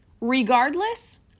Regardless